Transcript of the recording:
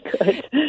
Good